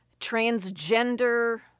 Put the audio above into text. transgender